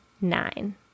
nine